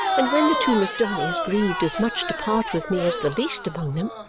and when the two miss donnys grieved as much to part with me as the least among them,